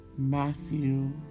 Matthew